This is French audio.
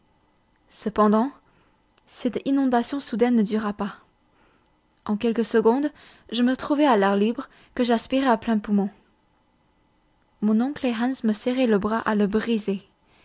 cependant cette inondation soudaine ne dura pas en quelques secondes je me trouvai a l'air libre que j'aspirai à pleins poumons mon oncle et hans me serraient le bras à le briser